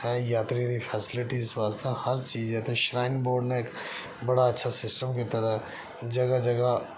यात्रियें दी फैसिलिटी आस्तै हर चीज ऐ इत्थै श्राइन बोर्ड ने बड़ा अच्छा सिस्टम कीते दा ऐ जगह जगह